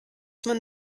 man